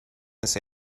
this